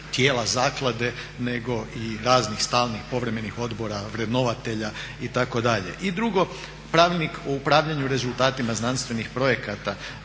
tijela zaklade nego i raznih stalnih, povremenih odbora, vrednovatelja itd. I drugo, pravilnik o upravljanju rezultatima znanstvenih projekata